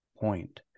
point